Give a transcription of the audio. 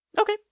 Okay